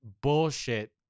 bullshit